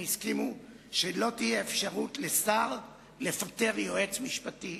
הם הסכימו שלא תהיה אפשרות לשר לפטר יועץ משפטי.